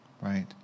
right